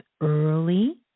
early